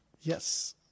yes